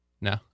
no